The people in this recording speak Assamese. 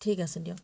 ঠিক আছে দিয়ক